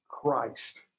Christ